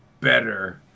better